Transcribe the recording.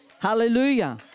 Hallelujah